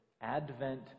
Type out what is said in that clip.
Advent